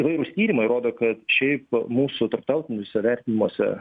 įvairūs tyrimai rodo kad šiaip mūsų tarptautiniuose vertinimuose